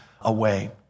away